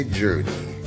journey